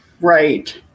Right